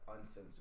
uncensored